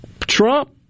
Trump